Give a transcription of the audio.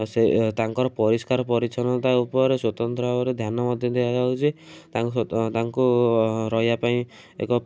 ଆଉ ସେ ତାଙ୍କର ପରିଷ୍କାର ପରିଚ୍ଛନ୍ନତା ଉପରେ ସ୍ଵତନ୍ତ୍ର ଭାବରେ ଧ୍ୟାନ ମଧ୍ୟ ଦିଆଯାଉଛି ତା ତାଙ୍କ ରହିବାପାଇଁ ଏ ଏକ